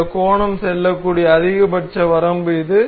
இந்த கோணம் செல்லக்கூடிய அதிகபட்ச வரம்பு இது